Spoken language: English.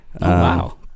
Wow